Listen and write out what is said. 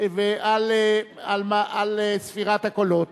על ספירת הקולות.